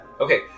Okay